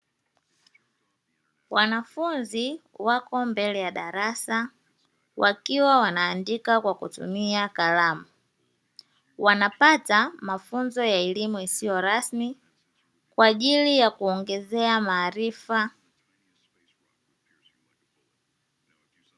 Wanafunzi wako mbele ya darasa wakiwa wanaandika kwa kutumia kalamu wanapata mafunzo ya elimu isiyo rasmi kwa ajili ya kuongezea maarifa.